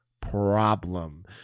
problem